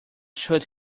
should